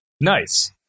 Nice